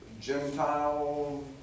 Gentile